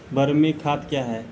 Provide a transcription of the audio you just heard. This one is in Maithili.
बरमी खाद कया हैं?